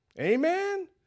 Amen